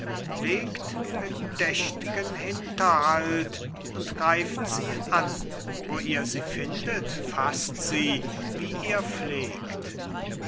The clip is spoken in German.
legt bedächt'gen hinterhalt und greift sie an wo ihr sie findet faßt sie wie ihr pflegt